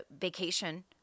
vacation